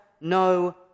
no